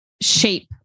shape